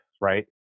right